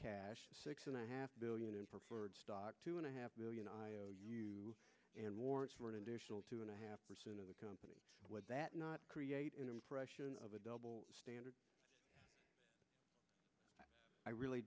cash six and a half billion in preferred stock two and a half million iou and warrants for an additional two and a half percent of the company that not create an impression of a double standard i really